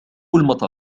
المطر